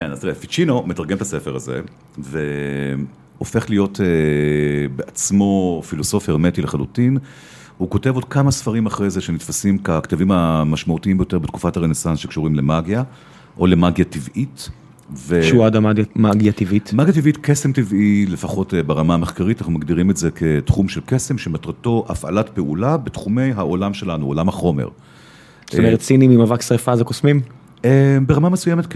אז פיצ'ינו מתרגם את הספר הזה, והופך להיות בעצמו פילוסופי הרמטי לחלוטין. הוא כותב עוד כמה ספרים אחרי זה שנתפסים ככתבים המשמעותיים ביותר בתקופת הרנסנס שקשורים למאגיה, או למאגיה טבעית. שו אדה, מאגיה טבעית? מאגיה טבעית, קסם טבעי, לפחות ברמה המחקרית, אנחנו מגדירים את זה כתחום של קסם שמטרתו הפעלת פעולה בתחומי העולם שלנו, עולם החומר. זאת אומרת, סינים עם אבק שרפה זה קוסמים? ברמה מסוימת כן